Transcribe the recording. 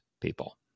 people